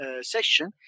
session